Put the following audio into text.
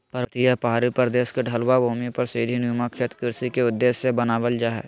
पर्वतीय या पहाड़ी प्रदेश के ढलवां भूमि पर सीढ़ी नुमा खेत कृषि के उद्देश्य से बनावल जा हल